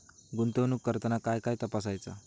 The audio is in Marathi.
गुंतवणूक करताना काय काय तपासायच?